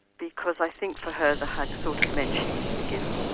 because i think for her the hug sort of meant she was forgiven,